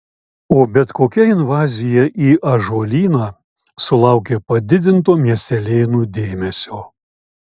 o bet kokia invazija į ąžuolyną sulaukia padidinto miestelėnų dėmesio